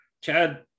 Chad